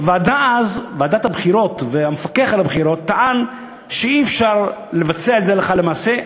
ועדת הבחירות והמפקח על הבחירות טענו שאי-אפשר לבצע את זה הלכה למעשה.